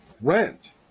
rent